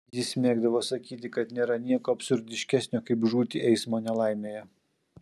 jis mėgdavo sakyti kad nėra nieko absurdiškesnio kaip žūti eismo nelaimėje